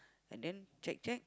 and then check check